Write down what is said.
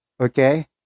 Okay